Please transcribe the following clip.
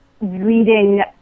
reading